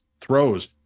throws